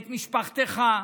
את משפחתך.